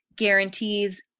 guarantees